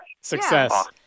Success